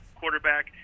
quarterback